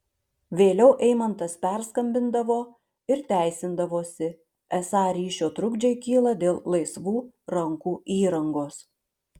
vėliau eimantas perskambindavo ir teisindavosi esą ryšio trukdžiai kyla dėl laisvų rankų įrangos